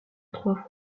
trois